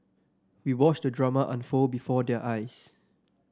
we watched the drama unfold before their eyes